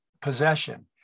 possession